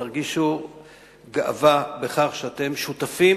תרגישו גאווה בכך שאתם שותפים